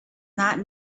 not